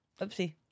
Oopsie